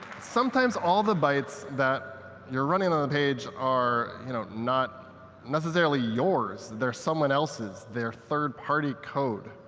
sometimes all the bytes that you're running on a page are you know not necessarily yours. they're someone else's. they're third party code.